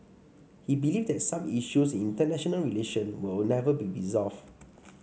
he believed that some issues in international relation would never be resolved